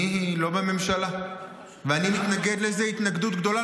אני לא בממשלה, ואני מתנגד לזה התנגדות גדולה.